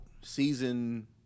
season